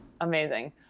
amazing